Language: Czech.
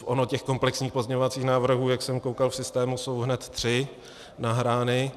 Ono těch komplexních pozměňovacích návrhů, jak jsem koukal, v systému jsou hned tři nahrány.